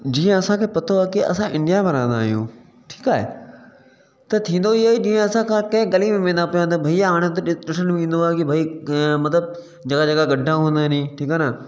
जीअं असांखे पतो आहे कि असां इंडिया में रहंदा आहियूं ठीकु आहे त थींदो इहो ई जीअं असां का कंहिं गली में वेंदा पिया आहियूं त भैया हाणे त ॾि ॾिसण में ईंदो आहे कि भई कंहिं मतलबु जॻह जॻह गड्ढा हूंदा आहिनि ई ठीकु आहे न